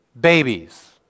babies